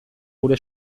gure